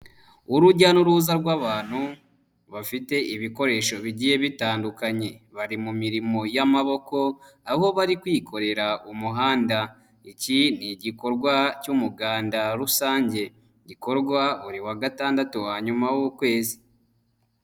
Urujya n'uruza rw'abantu bafite ibikoresho bigiye bitandukanye. Bari mu mirimo y'amaboko, aho bari kwikorera umuhanda. Iki ni igikorwa cy'umuganda rusange, gikorwa buri wa gatandatu wa nyuma w'ukwezi.